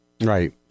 Right